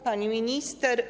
Pani Minister!